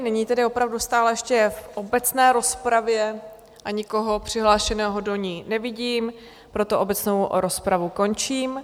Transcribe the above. Nyní tedy opravdu stále ještě v obecné rozpravě, nikoho přihlášeného do ní nevidím, proto obecnou rozpravu končím.